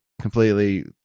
completely